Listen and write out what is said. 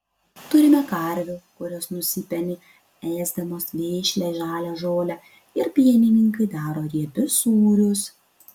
turime karvių kurios nusipeni ėsdamos vešlią žalią žolę ir pienininkai daro riebius sūrius